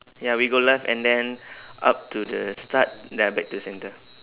ya we go left and then up to the start then back to centre